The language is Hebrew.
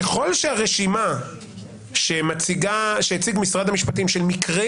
ככל שהרשימה שהציג משרד המשפטים של מקרים